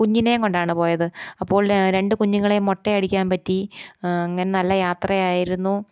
കുഞ്ഞിനേയും കൊണ്ടാണ് പോയത് അപ്പോൾ രണ്ടു കുഞ്ഞുങ്ങളെ മൊട്ടയടിക്കാൻ പറ്റി അങ്ങനെ നല്ല യാത്രയായിരുന്നു